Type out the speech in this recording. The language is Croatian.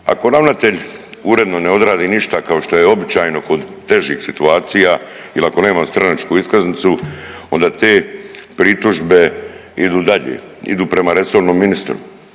Ako ravnatelj uredno ne odradi ništa kao što je običajno kod težih situacija il ako nema stranačku iskaznicu onda te pritužbe idu dalje, idu prema resornom ministru,